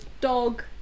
Dog